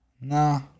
Nah